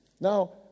Now